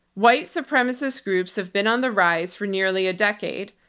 white supremacist groups have been on the rise for nearly a decade,